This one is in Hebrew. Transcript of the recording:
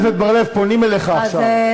חבר הכנסת בר-לב, פונים אליך עכשיו.